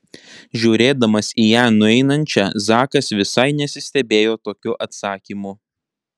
žiūrėdamas į ją nueinančią zakas visai nesistebėjo tokiu atsakymu